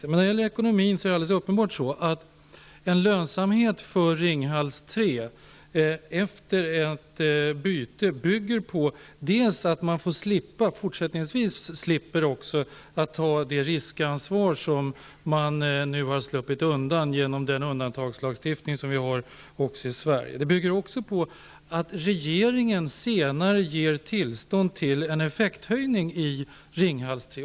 När det gäller ekonomin är det uppenbart att en lönsamhet för Ringhals 3, efter ett byte, bygger på att man fortsättningsvis slipper ta det riskansvar som man tidigare har sluppit undan med hjälp av den undantagslagstiftning som finns också i Sverige. Men det bygger också på att regeringen senare skall ge tillstånd till en effekthöjning i Ringhals 3.